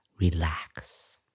relax